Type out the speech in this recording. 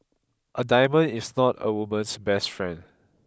a diamond is not a woman's best friend